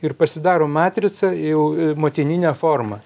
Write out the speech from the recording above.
ir pasidaro matrica jau motininė forma